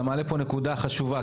אתה מעלה פה נקודה חשובה,